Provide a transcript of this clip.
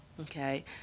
Okay